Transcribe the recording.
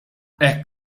hekk